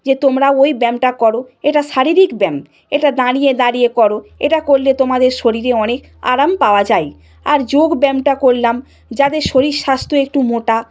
যে তোমরা ওই ব্যায়ামটা করো এটা শারীরিক ব্যায়াম এটা দাঁড়িয়ে দাঁড়িয়ে করো এটা করলে তোমাদের শরীরে অনেক আরাম পাওয়া যায় আর যোগব্যায়ামটা করলাম যাদের শরীর স্বাস্থ্য একটু মোটা